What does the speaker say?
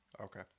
okay